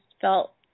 felt